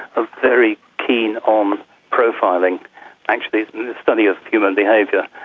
are very keen on profiling actually the study of human behaviour,